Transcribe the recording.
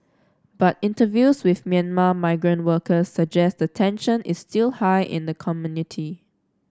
but interviews with Myanmar migrant workers suggest that tension is still high in the community